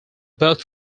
both